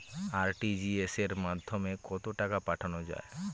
RTGS এর মাধ্যমে কত টাকা পাঠানো যায়?